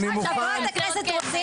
אני מוכן --- חברת הכנסת רוזין,